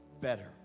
better